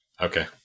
Okay